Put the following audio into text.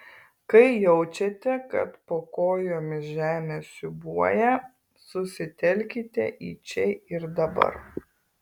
kai jaučiate kad po kojomis žemė siūbuoja susitelkite į čia ir dabar